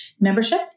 membership